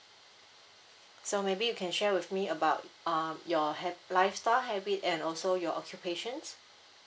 so maybe you can share with me about uh your ha~ lifestyle habit and also your occupations